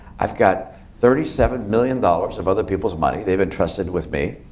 i've got thirty seven million dollars of other people's money, they've entrusted with me.